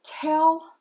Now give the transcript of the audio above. Tell